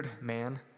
man